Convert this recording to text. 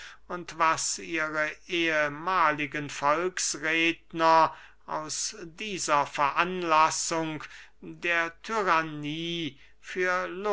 und was ihre ehemahligen volksredner aus dieser veranlassung der tyrannie für